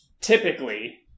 typically